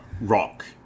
rock